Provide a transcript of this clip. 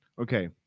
Okay